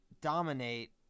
dominate